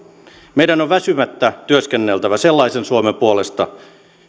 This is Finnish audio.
meidän on väsymättä työskenneltävä sellaisen suomen puolesta